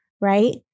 right